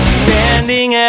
standing